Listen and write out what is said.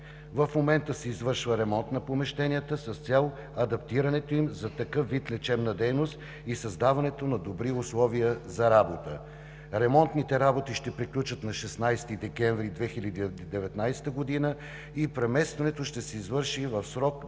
В момента се извършва ремонт на помещенията с цел адаптирането им за такъв вид лечебна дейност и създаването на добри условия за работа. Ремонтните работи ще приключат на 16 декември 2019 г. и преместването ще се извърши в срок до